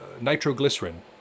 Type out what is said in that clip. nitroglycerin